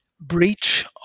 breach